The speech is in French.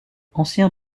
ancien